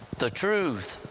the truth,